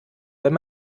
wenn